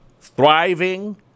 thriving